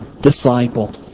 disciple